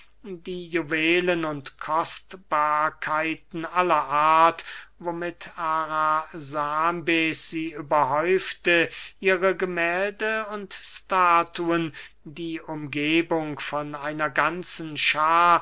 die juwelen und kostbarkeiten aller art womit arasambes sie überhäufte ihre gemählde und statuen die umgebung von einer ganzen schaar